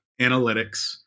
analytics